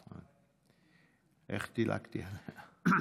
איך דילגתי עליה?